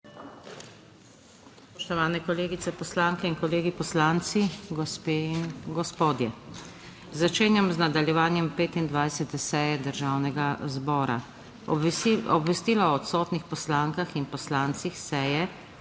Spoštovane kolegice poslanke in kolegi poslanci, gospe in gospodje! Začenjam nadaljevanje 25. seje Državnega zbora. Obvestilo o odsotnih poslankah in poslancih seje